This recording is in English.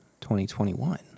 2021